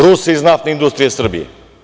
Ruse iz Naftne industrije Srbije.